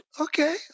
okay